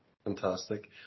Fantastic